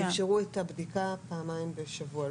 ואפשרו את הבדיקה פעמיים בשבוע.